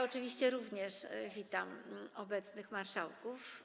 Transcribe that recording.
Oczywiście również witam obecnych marszałków.